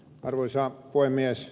arvoisa puhemies